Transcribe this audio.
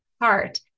heart